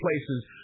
places